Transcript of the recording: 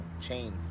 chain